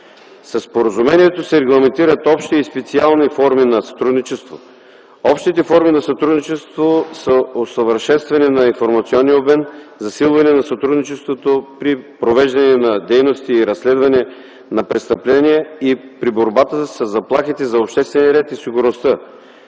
споразумението се регламентират общи и специални форми на сътрудничество. Общите форми на сътрудничество са усъвършенстване на информационния обмен; засилване на сътрудничеството при провеждане на дейности и разследване на престъпления и при борба със заплахите за обществения ред и сигурността;